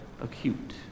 acute